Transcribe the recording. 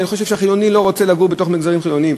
ואני חושב שהחילוני לא רוצה לגור במרכזים חרדיים.